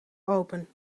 open